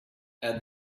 our